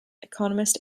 economist